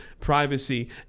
privacy